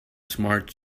smart